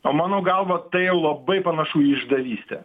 o mano galva tai jau labai panašu į išdavystę